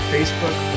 Facebook